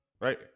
Right